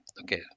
okay